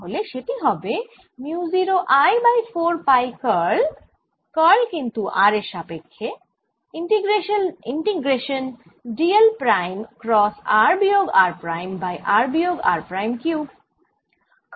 তাহলে সেটি হবে mu 0 I by 4 pi curl curl কিন্তু r এর সাপক্ষ্যে integration d l prime cross r বিয়োগ r প্রাইম বাই r বিয়োগ r প্রাইম কিউব